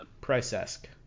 Price-esque